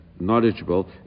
Knowledgeable